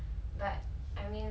this is why